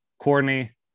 Courtney